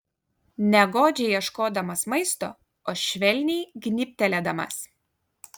ne godžiai ieškodamas maisto o švelniai gnybtelėdamas